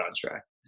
contract